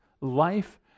life